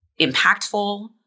impactful